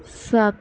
ਸੱਤ